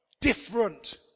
different